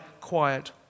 quiet